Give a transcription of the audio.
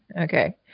Okay